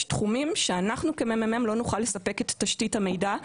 תחומים שאנחנו כמ.מ.מ לא נוכל לספק את תשתית המידע.